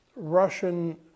Russian